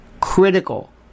Critical